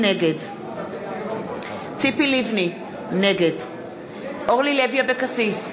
נגד ציפי לבני, נגד אורלי לוי אבקסיס,